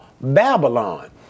Babylon